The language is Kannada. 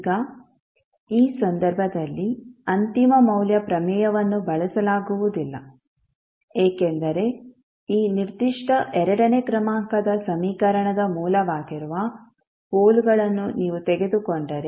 ಈಗ ಈ ಸಂದರ್ಭದಲ್ಲಿ ಅಂತಿಮ ಮೌಲ್ಯ ಪ್ರಮೇಯವನ್ನು ಬಳಸಲಾಗುವುದಿಲ್ಲ ಏಕೆಂದರೆ ಈ ನಿರ್ದಿಷ್ಟ ಎರಡನೇ ಕ್ರಮಾಂಕದ ಸಮೀಕರಣದ ಮೂಲವಾಗಿರುವ ಪೋಲ್ಗಳನ್ನು ನೀವು ತೆಗೆದುಕೊಂಡರೆ